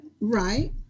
Right